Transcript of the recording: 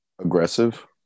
aggressive